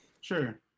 Sure